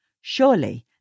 Surely